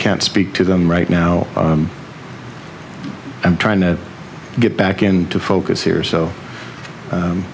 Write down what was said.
can't speak to them right now i'm trying to get back into focus here so